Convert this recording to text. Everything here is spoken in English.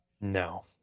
No